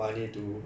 it was